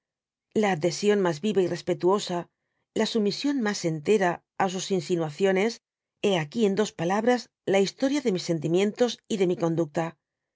la adhesión mas viva y respetuosa la sumisión mas entera á sus insinuaciones hé aquí en dos palabras la historia de mis sentimientos y de mi conducta